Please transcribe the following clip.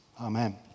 Amen